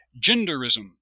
genderism